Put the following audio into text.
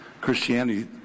Christianity